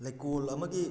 ꯂꯩꯀꯣꯜ ꯑꯃꯒꯤ